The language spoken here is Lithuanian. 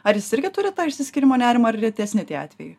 ar jis irgi turi tą išsiskyrimo nerimą ar retesni tie atvejai